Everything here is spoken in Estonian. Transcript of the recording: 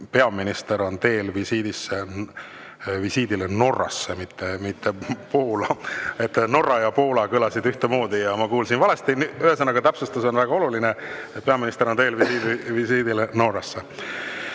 peaminister on teel visiidile Norrasse, mitte Poola. Norra ja Poola kõlasid ühtemoodi ja ma kuulsin valesti. Ühesõnaga, täpsustus on väga oluline: peaminister on teel visiidile Norrasse.